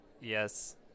yes